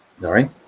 sorry